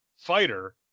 fighter